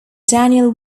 daniel